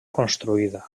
construïda